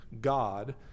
God